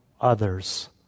others